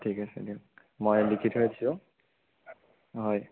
ঠিক আছে দিয়ক মই লিখি থৈ দিছোঁ হয়